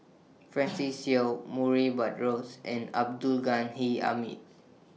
Francis Seow Murray Buttrose and Abdul Ghani Hamid